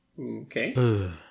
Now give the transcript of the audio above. Okay